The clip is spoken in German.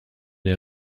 der